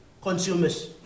consumers